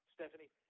Stephanie